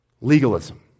Legalism